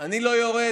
אני לא יורד,